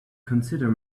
consider